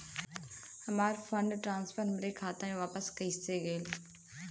हमार fund transfer हमरे खाता मे वापस हो गईल